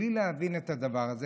מבלי להבין את הדבר הזה,